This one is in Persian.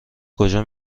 کجا